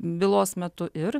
bylos metu ir